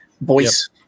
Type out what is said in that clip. Voice